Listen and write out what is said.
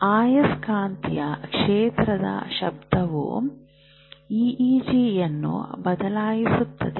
ಆಯಸ್ಕಾಂತೀಯ ಕ್ಷೇತ್ರದ ಶಬ್ದವು ಇಇಜಿಯನ್ನು ಬದಲಾಯಿಸುತ್ತದೆ